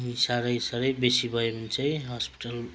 अनि साह्रै साह्रै बेसी भयो भने चाहिँ हस्पिटल